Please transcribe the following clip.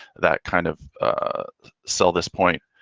that kind of sell this point.